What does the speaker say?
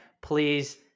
please